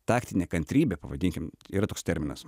taktinė kantrybė pavadinkim yra toks terminas